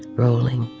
rolling,